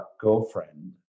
girlfriend